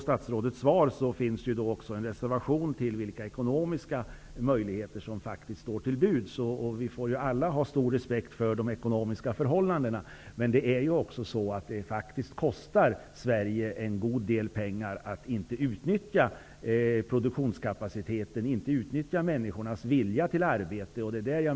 Statsrådet framförde i slutet av sitt svar en reservation angående vilka ekonomiska möjligheter som faktiskt står till buds. Vi får alla ha stor respekt för de ekonomiska förhållandena. Men det kostar faktiskt Sverige en god del pengar att inte utnyttja produktionskapaciteten och människors vilja till arbete.